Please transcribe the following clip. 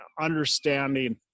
understanding